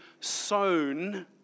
sown